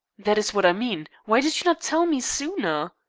that is what i mean. why did you not tell me sooner?